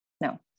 No